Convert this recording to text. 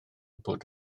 bod